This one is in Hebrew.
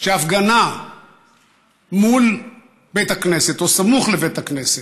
שהפגנה מול בית הכנסת או סמוך לבית הכנסת,